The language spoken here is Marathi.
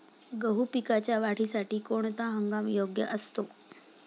गहू पिकाच्या वाढीसाठी कोणता हंगाम योग्य असतो?